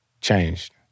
changed